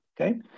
Okay